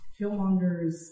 killmongers